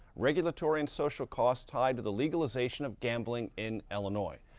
regulatory and social costs tied to the legalization of gambling in illinois.